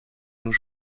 nous